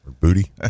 Booty